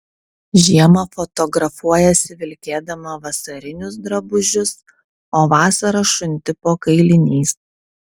žiemą fotografuojiesi vilkėdama vasarinius drabužius o vasarą šunti po kailiniais